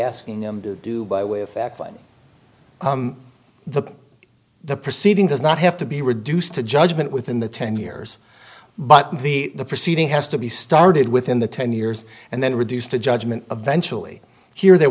asking them to do by way of the perceiving does not have to be reduced to judgment within the ten years but the proceeding has to be started within the ten years and then reduced to judgment eventually here there